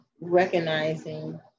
recognizing